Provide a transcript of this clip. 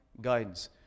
guidance